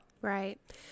right